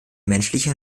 menschliche